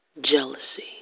jealousy